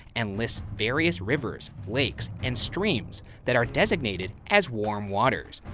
and lists various rivers, lakes, and streams that are designated as warm waters.